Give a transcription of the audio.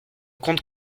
compte